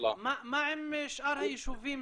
מה עם שאר היישובים,